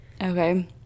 Okay